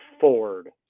Ford